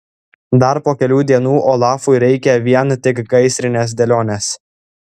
dar po kelių dienų olafui reikia vien tik gaisrinės dėlionės